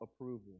approval